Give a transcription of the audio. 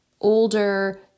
older